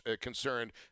concerned